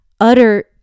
utter